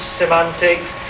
semantics